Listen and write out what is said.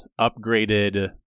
upgraded